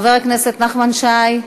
חבר הכנסת נחמן שי,